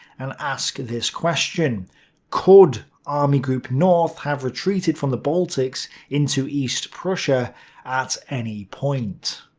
and ask this question could army group north have retreated from the baltics into east prussia at any point?